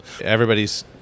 Everybody's